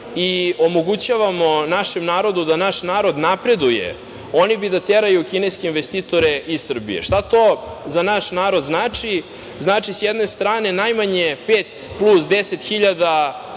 i omogućavamo našem narodu da naš narod napreduje, oni bi da teraju kineske investitore iz Srbije. Šta to za naš narod znači? Sa jedne strane najmanje znači pet